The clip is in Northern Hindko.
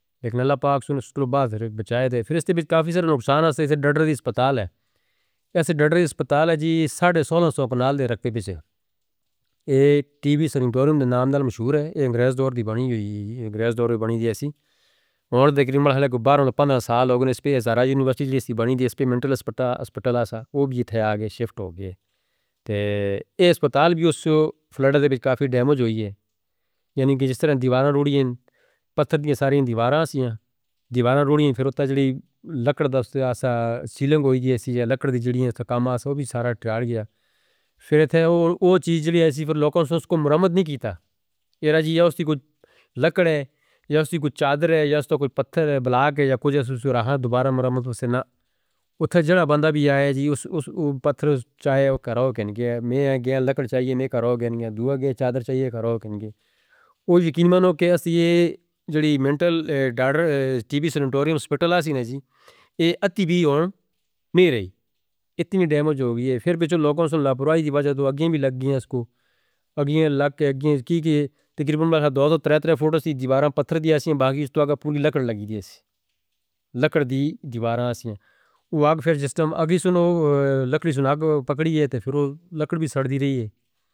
بگنلہ پاک سُنسترو باہر بچائے تھے پھر اس دی بھی کافی سرن نقصان آسا اس دے ڈرڈری اسپتال ہے۔ اس دے ڈرڈری اسپتال ہے جی ساڈے سونہ سو پناہ دے رکھی بھی تھے۔ یہ ٹی وی سنٹوریوم دے نام دی مشہور ہے۔ یہ انگریز دور دی بنی ہوئی ہے۔ انگریز دور دی بنی دی ہے سی۔ وہاں دے قریباً حالہ گباراں پندرہ سال ہو گئے ہیں۔ اس پہ ہزارت جی نے بچی جیسی بنی دی اس پہ منٹل اسپتال آسا۔ وہ بھی اتھے آگے شفٹ ہو گئے۔ یہ اسپتال بھی اس سے فلڈ دی بھی کافی ڈیمیج ہوئی ہے۔ یعنی کہ جس طرح دیواراں روڑی ہیں پتھر دی ساری دیواراں سی ہیں۔ دیواراں روڑی ہیں پھر اُس تے لکڑ دا کام آسا۔ سیلنک ہوئی تھی لکڑ دی کام آسا۔ وہ بھی سارا ٹیار گیا۔ پھر اتھے اوہ چیز جیلی ایسی پھر لوگوں سنس کو مرمت نہیں کیتا۔ ایرا جی ہے اس دی کچھ لکڑ ہے۔ یا اس دی کچھ چادر ہے۔ یا اس دا کوئی پتھر ہے۔ بلا کے یا کچھ اس سے سورہاں دوبارہ مرمت ہو سکے نا۔ اتھے جڑا بندہ بھی آیا جی۔ اس پتھر اس چائے وہ کراو کہنگے۔ میں گیاں لکڑ چاہیے۔ میں کراو کہنگے۔ دوہا گیاں چادر چاہیے۔ کراو کہنگے۔ وہ یقین منوں کہ اس دی یہ جوڑی منٹل ٹی بی سنٹوریم اسپتال ہاسی نا جی۔ یہ اتنی بھی ہون نہیں رہی۔ اتنی ڈیمیج ہو گئی ہے۔ پھر بچوں لوگوں سنسلا برائی دی وجہ ہے۔ تو آگے بھی لگ گئیں ہیں اس کو۔ آگے لگ گئی ہیں۔ تقریبا بارہ دوہترہ فوٹو سی دیواراں پتھر دی ہیں۔ باقی اس تو آگے پوری لکڑ لگی دی ہیں۔ لکڑ دی دیواراں سی ہیں۔ وہ آگے پھر جس طرح آوے سنو لکڑی سن آگے پکڑی ہے۔ پھر لکڑ بھی سڑ دی رہی ہے.